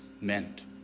meant